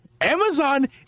Amazon